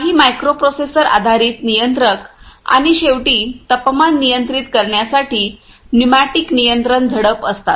काही मायक्रोप्रोसेसर आधारित नियंत्रक आणि शेवटी तापमान नियंत्रित करण्यासाठी न्यूमॅटिक नियंत्रण झडप असतात